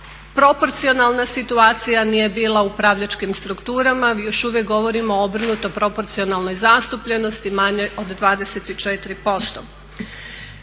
proporcionalna situacija nije bila u upravljačkim strukturama. Mi još uvijek govorimo o obrnuto proporcionalnoj zastupljenosti manjoj od 24%.